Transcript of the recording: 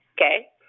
Okay